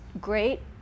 great